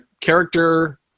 character